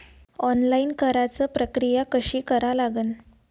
Online कराच प्रक्रिया कशी करा लागन?